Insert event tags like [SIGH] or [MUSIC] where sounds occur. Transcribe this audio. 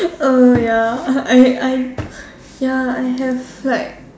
oh ya I I I [BREATH] ya I have like